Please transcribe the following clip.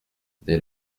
dès